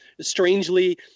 strangely